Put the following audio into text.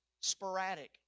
sporadic